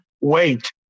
wait